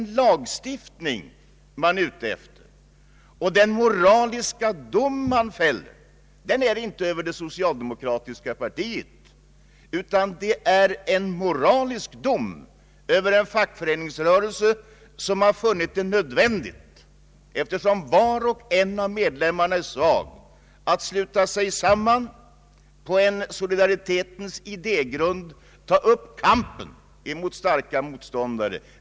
Ni fäller inte en moralisk dom över det socialdemokratiska partiet utan över en fackföreningsrörelse som har funnit det nödvändigt, eftersom var och en av medlemmarna är svag, att sluta sig samman på en solidaritetens idégrund och ta upp kampen mot starka motståndare.